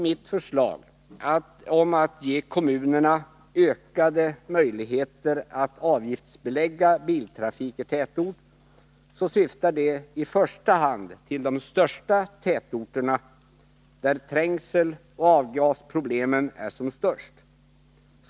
Mitt förslag om att ge kommunerna ökade möjligheter att avgiftsbelägga biltrafik i tätort syftar i första hand på de största tätorterna, där trängseloch avgasproblemen är som störst.